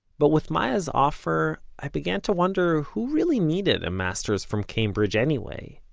but with maya's offer i began to wonder who really needed a masters from cambridge anyway.